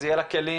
אז יהיו לה כלים,